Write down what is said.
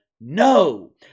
No